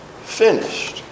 finished